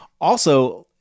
Also-